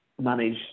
manage